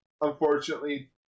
unfortunately